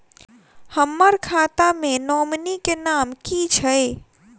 हम्मर खाता मे नॉमनी केँ नाम की छैय